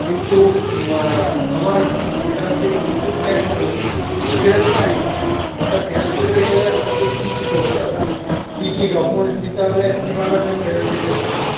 কিন্তু আমার যেটা হচ্ছে ইনপুট ট্যাক্স আমি ফেরত পাই না ওটা ফেরত পেতে গেলে আমাকে কী কী করতে হবে কী কী ডকুমেন্টস দিতে হবে আর কীভাবে আমি ফেরত পেতে পারি